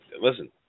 listen